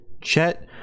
Chet